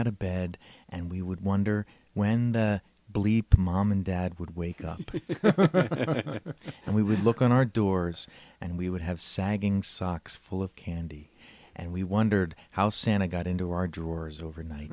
out of bed and we would wonder when the bleep mom and dad would wake up and we would look on our doors and we would have sagging socks full of candy and we wondered how santa got into our drawers overnight